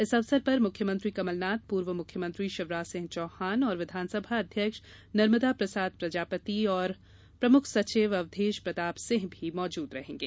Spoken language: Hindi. इस अवसर पर मुख्यमंत्री कमलनाथ पूर्व मुख्यमंत्री शिवराज सिंह चौहान और विधानसभा अध्यक्ष नर्मदाप्रसाद प्रजापति और प्रमुख सचिव अवधेश प्रताप सिंह भी मौजूद रहेंगे